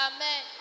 Amen